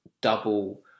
double